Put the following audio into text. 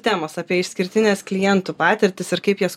temos apie išskirtines klientų patirtis ir kaip jas